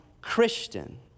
Christian